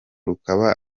rukaba